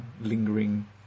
lingering